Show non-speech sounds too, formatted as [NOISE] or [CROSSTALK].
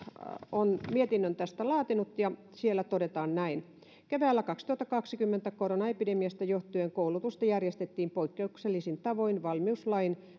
on mietinnön tästä laatinut ja siellä todetaan näin keväällä kaksituhattakaksikymmentä koronaepidemiasta johtuen koulutusta järjestettiin poikkeuksellisin tavoin valmiuslain [UNINTELLIGIBLE]